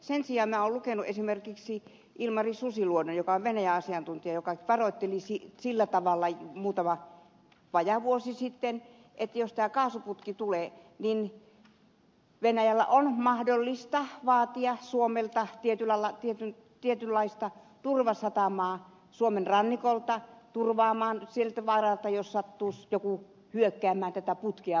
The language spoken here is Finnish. sen sijaan minä olen lukenut esimerkiksi ilmari susiluotoa joka on venäjä asiantuntija ja joka varoitteli vajaa vuosi sitten että jos tämä kaasuputki tulee niin venäjän on mahdollista vaatia tietynlaista turvasatamaa suomen rannikolta turvaksi siltä varalta että sattuisi joku hyökkäämään tätä putkea vastaan